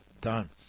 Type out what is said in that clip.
done